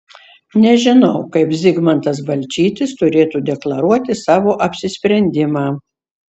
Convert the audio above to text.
nežinau kaip zigmantas balčytis turėtų deklaruoti savo apsisprendimą